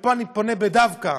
ופה אני פונה דווקא